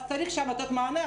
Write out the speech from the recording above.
אז צריך לתת מענה.